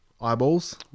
Eyeballs